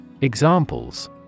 Examples